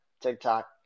TikTok